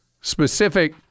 specific